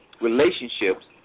relationships